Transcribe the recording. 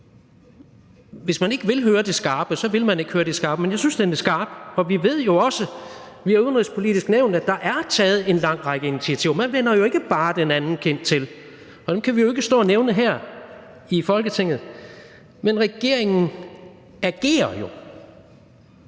hvis man ikke vil høre det skarpe, kan man ikke høre det skarpe, men jeg synes, den er skarp. Og vi ved jo også via Det Udenrigspolitiske Nævn, at der er taget en lang række initiativer – man vender jo ikke bare den anden kind til – og dem kan vi jo ikke stå og nævne her i Folketinget, men regeringen agerer jo.